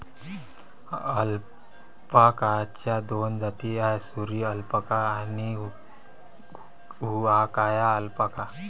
अल्पाकाच्या दोन जाती आहेत, सुरी अल्पाका आणि हुआकाया अल्पाका